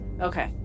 Okay